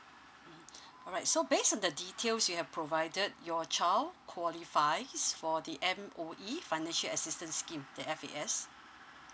mmhmm all right so based on the details you have provided your child qualifies for the M_O_E financial assistance scheme the F_A_S